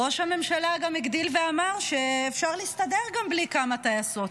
ראש הממשלה גם הגדיל ואמר שאפשר להסתדר גם בלי כמה טייסות.